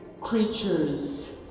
creatures